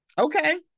Okay